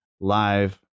live